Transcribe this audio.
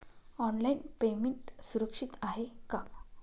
Online payment सुरक्षित आहे का?